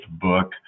book